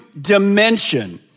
dimension